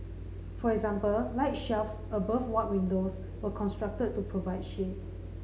for example light shelves above ward windows were constructed to provide shade